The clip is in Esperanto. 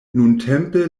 nuntempe